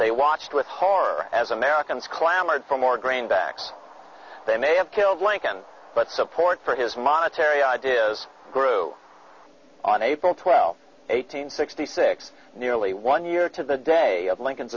they watched with horror as americans clamored for more grain that they may have killed lincoln but support for his monetary ideas grew on april twelfth eighteen sixty six nearly one year to the day of lincoln's